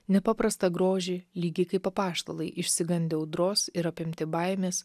nepaprastą grožį lygiai kaip apaštalai išsigandę audros ir apimti baimės